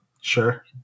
Sure